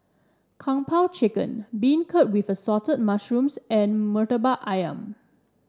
Kung Po Chicken Beancurd with Assorted Mushrooms and Murtabak ayam